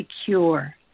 secure